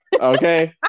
Okay